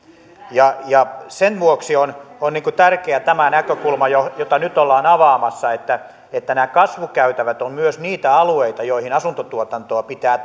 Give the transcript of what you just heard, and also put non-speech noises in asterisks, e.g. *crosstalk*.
sen vuoksi on tärkeä tämä näkökulma jota jota nyt ollaan avaamassa että että nämä kasvukäytävät ovat myös niitä alueita joihin asuntotuotantoa pitää *unintelligible*